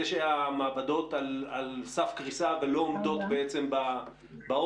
שהמעבדות על סף קריסה ולא עומדות בעצם בעומס.